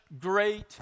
Great